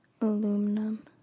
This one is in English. aluminum